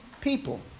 people